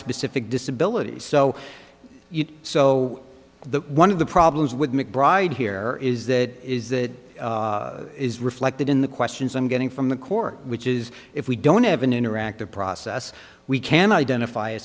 specific disabilities so you know so that one of the problems with mcbride here is that is that is reflected in the questions i'm getting from the court which is if we don't have an interactive process we can identify a